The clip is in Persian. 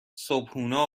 صبحونه